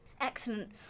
Excellent